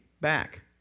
back